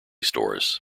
stores